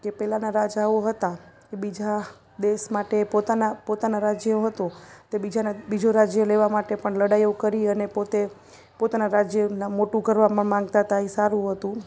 કે પહેલાંના રાજાઓ હતાં એ બીજા દેશ માટે પોતાના પોતાના રાજ્ય હતું તે બીજાના બીજું રાજ્ય લેવા માટે પણ લડાઇઓ કરી અને પોતે પોતાના રાજ્યને મોટું કરવામાં માંગતા હતાં એ સારું હતું